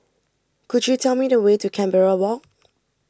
could you tell me the way to Canberra Walk